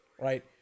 Right